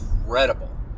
incredible